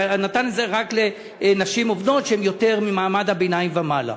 שנתן את זה רק לנשים עובדות שהן ממעמד הביניים ומעלה,